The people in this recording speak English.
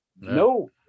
no